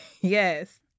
yes